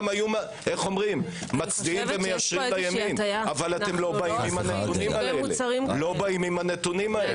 היו מצדיעים ומיישרים לימין אבל אתם לא באים עם הנתונים האלה.